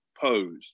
pose